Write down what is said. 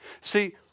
See